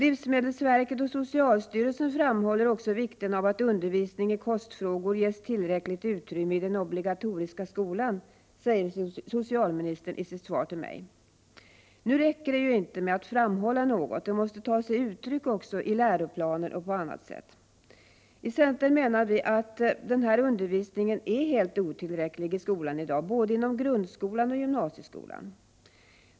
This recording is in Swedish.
”Livsmedelsverket och socialstyrelsen framhåller också vikten av att undervisning i kostfrågor ges tillräckligt utrymme i den obligatoriska skolan”, säger socialministern i svaret. Nu räcker det ju inte med att framhålla något, det man framhåller måste också ta sig uttryck i läroplaner och på annat sätt. I centern menar vi att den här undervisningen är helt otillräcklig i skolan i dag — både inom grundskolan och inom gymnasieskolan.